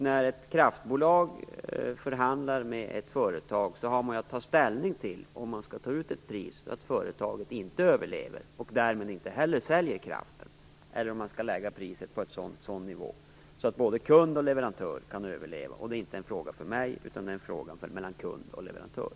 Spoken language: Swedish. När ett kraftbolag förhandlar med ett företag har man att ta ställning till om man skall ta ut ett pris som gör att företaget inte överlever och därmed inte heller säljer kraften eller om man skall lägga priset på en sådan nivå att både kund och leverantör kan överleva. Det är inte en fråga för mig, utan det är en fråga mellan kund och leverantör.